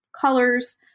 colors